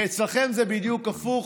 ואצלכם זה בדיוק הפוך.